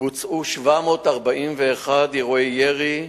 בוצעו 741 אירועי ירי,